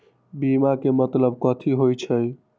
बीमा के मतलब कथी होई छई?